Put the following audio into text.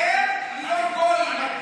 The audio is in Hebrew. אתם לא גויים.